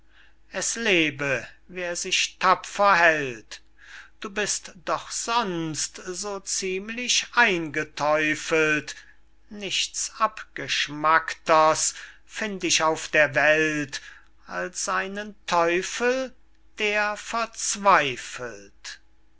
es lebe wer sich tapfer hält du bist doch sonst so ziemlich eingeteufelt nichts abgeschmackters find ich auf der welt als einen teufel der verzweifelt